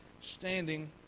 standing